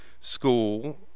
school